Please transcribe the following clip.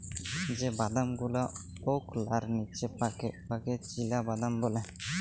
যে বাদাম গুলা ওকলার লিচে পাকে উয়াকে চিলাবাদাম ব্যলে